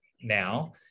now